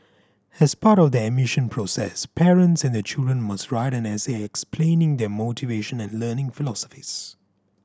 as part of the admission process parents and their children must write an essay explaining their motivation and learning philosophies